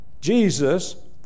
Jesus